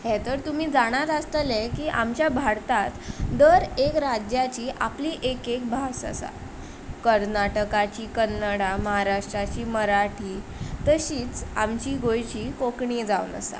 हें तर तुमी जाणाच आसतले की आमच्या भारतांत दर एक राज्याक आपली एक एक भास आसा कर्नाटकाची कन्नडा महाराष्ट्राची मराठी तशीच आमची गोंयची कोंकणी जावन आसा